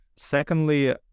Secondly